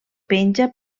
penja